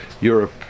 Europe